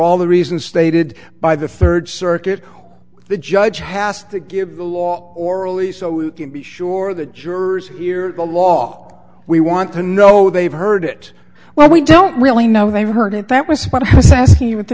all the reasons stated by the third circuit the judge has to give the law orally so we can be sure that jurors hear the law we want to know they've heard it well we don't really know they've heard it that was what i was asking you at the